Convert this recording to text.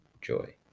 joy